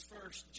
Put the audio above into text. First